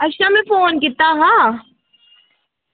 अच्छा में फोन कीता हा